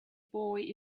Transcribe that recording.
boy